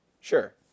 Sure